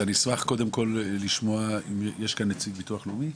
אשמח לשמוע, יש כאן נציג של הביטוח הלאומי?